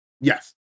Yes